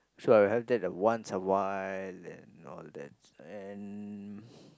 so I have that like once a while and all that and